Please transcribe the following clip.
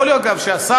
יכול להיות גם שהשר,